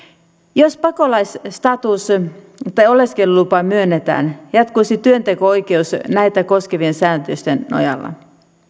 jos pakolaisstatus tai oleskelulupa myönnetään jatkuisi työnteko oikeus näitä koskevien säännösten nojalla